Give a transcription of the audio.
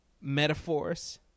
metaphors